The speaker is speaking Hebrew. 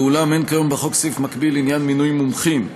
ואולם אין כיום בחוק סעיף מקביל לעניין מינוי מומחים.